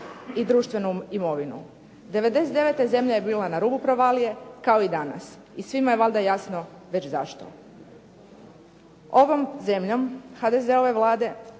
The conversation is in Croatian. i društvenu imovinu. '99. zemlja je bila na rubu provalije kao i danas, i svima je valjda jasno već zašto. Ovom zemljom HDZ-ove Vlade